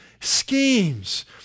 schemes